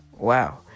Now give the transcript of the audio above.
Wow